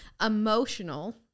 emotional